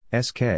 SK